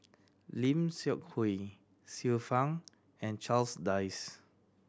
Lim Seok Hui Xiu Fang and Charles Dyce